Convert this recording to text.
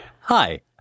Hi